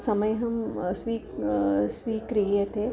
समयं स्वी स्वीक्रियते